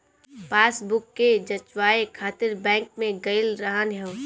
passbook के जचवाए खातिर बैंक में गईल रहनी हअ